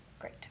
Great